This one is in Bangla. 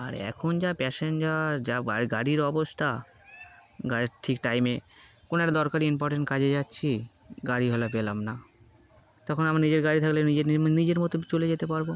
আর এখন যা প্যাসেঞ্জার যা গাড়ির অবস্থা গাড়ির ঠিক টাইমে কোনো একটা দরকারি ইম্পর্টেন্ট কাজে যাচ্ছি গাড়ি হলে পেলাম না তখন আমার নিজের গাড়ি থাকলে নিজের নিজের মতো চলে যেতে পারবো